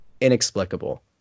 inexplicable